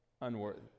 unworthy